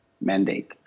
mandate